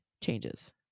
changes